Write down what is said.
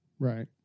Right